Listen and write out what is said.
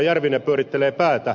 järvinen pyörittelee päätä